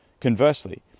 Conversely